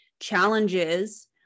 challenges